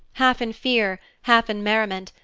half in fear, half in merriment,